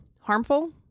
harmful